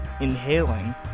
inhaling